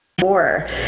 More